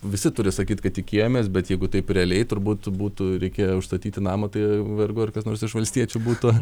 visi turi sakyt kad tikėjomės bet jeigu taip realiai turbūt būtų reikėję užstatyti namą tai vargu ar kas nors iš valstiečių būtų